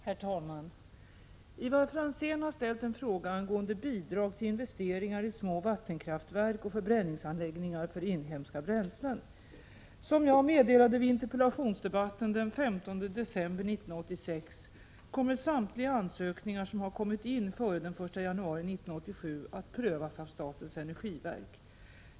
Herr talman! Ivar Franzén har ställt en fråga angående bidrag till investeringar i små vattenkraftverk och förbränningsanläggningar för inhemska bränslen. Som jag meddelade vid interpellationsdebatten den 15 december 1986 kommer samtliga ansökningar som har kommit in före den 1 januari 1987 att prövas av statens energiverk.